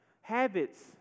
Habits